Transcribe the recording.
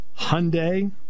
Hyundai